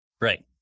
Right